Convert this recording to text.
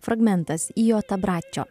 fragmentas io t abbraccio